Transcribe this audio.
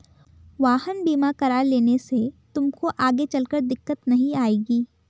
वाहन बीमा करा लेने से तुमको आगे चलकर दिक्कत नहीं आएगी